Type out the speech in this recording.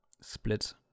split